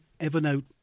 Evernote